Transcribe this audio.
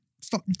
stop